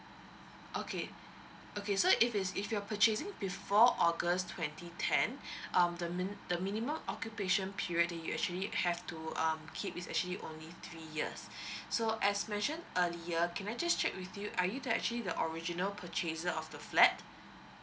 okay okay so if it's if you're purchasing before august twenty ten um the mini~ the minimum occupation period that you actually have to um keep is actually only three years so as mentioned earlier can I just check with you are you the actually the original purchaser of the flat